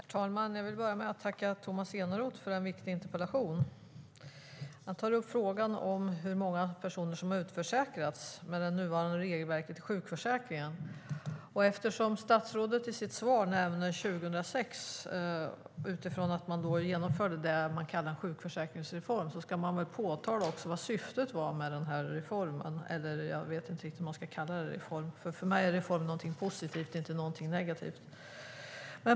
Herr talman! Jag vill börja med att tacka Tomas Eneroth för en viktig interpellation. Den tar upp frågan om hur många personer som har utförsäkrats med det nuvarande regelverket i sjukförsäkringen. Eftersom statsrådet i sitt svar nämner 2006, utifrån att man då genomförde det man kallar en sjukförsäkringsreform, ska man väl också påtala vad syftet med reformen var. Jag vet i och för sig inte ens om vi ska kalla det en reform, för en reform är för mig någonting positivt - inte någonting negativt.